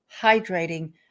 hydrating